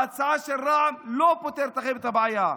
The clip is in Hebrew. ההצעה של רע"מ לא פותרת לכם את הבעיה.